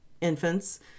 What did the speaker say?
infants